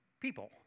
people